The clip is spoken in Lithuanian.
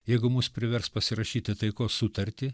jeigu mus privers pasirašyti taikos sutartį